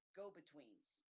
go-betweens